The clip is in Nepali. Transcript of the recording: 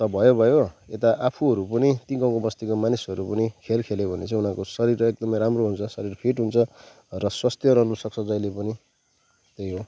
त भयो भयो यता आफूहरू पनि ती गाउँ बस्तीको मानिसहरू पनि खेल खेल्यो भने चाहिँ उनीहरूको शरीर एकदमै राम्रो हुन्छ शरीर फिट हुन्छ र स्वस्थ रहन सक्छ जहिले पनि त्यही हो